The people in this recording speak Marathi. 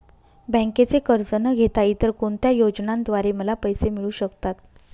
बँकेचे कर्ज न घेता इतर कोणत्या योजनांद्वारे मला पैसे मिळू शकतात?